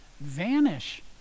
vanish